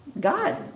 God